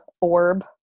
orb